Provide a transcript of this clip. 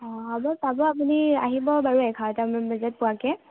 অ' হ'ব পাব আপুনি আহিব বাৰু এঘাৰটামান বজাত পোৱাকৈ